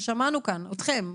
ושמענו כאן אתכם,